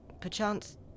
Perchance